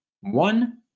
one